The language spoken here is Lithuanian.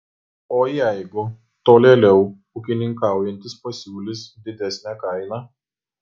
o jeigu tolėliau ūkininkaujantis pasiūlys didesnę kainą